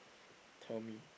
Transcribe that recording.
tell me